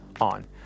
on